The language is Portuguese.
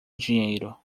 dinheiro